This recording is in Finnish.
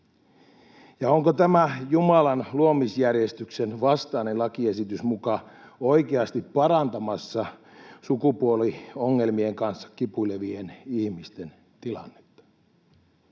Ja onko tämä Jumalan luomisjärjestyksen vastainen lakiesitys muka oikeasti parantamassa sukupuoliongelmien kanssa kipuilevien ihmisten tilannetta?